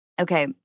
Okay